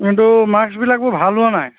কিন্তু মাৰ্কছবিলাক বৰ ভাল হোৱা নাই